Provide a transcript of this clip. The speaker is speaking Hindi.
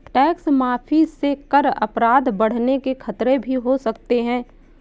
टैक्स माफी से कर अपराध बढ़ने के खतरे भी हो सकते हैं